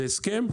זה הסכם,